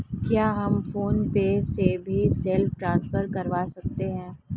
क्या हम फोन पे से भी सेल्फ ट्रांसफर करवा सकते हैं?